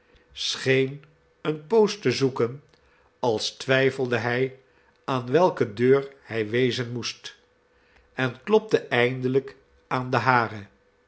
scheen eene poos te zoeken als twijfelde hij aan welke deur hij wezen moest en klopte eindelijk aan de hare